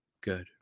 Good